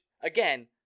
again